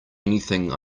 anything